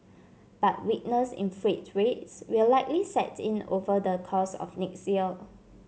but weakness in freight rates will likely set in over the course of next year